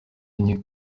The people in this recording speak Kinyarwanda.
enye